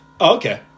Okay